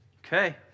Okay